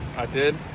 i did.